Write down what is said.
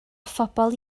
phobl